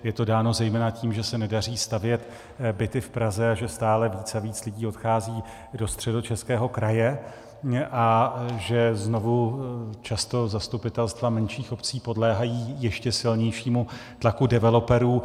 Je to dáno zejména tím, že se nedaří stavět byty v Praze a že stále víc a víc lidí odchází do Středočeského kraje a že znovu často zastupitelstva menších obcí podléhají ještě silnějšímu tlaku developerů.